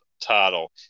title